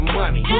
money